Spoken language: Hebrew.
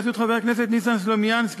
בראשות חבר הכנסת ניסן סלומינסקי,